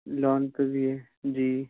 loan پہ بھی ہے جی